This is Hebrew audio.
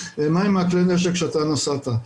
מה הם כלי הנשק שאתה נשאת.